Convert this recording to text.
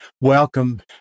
welcome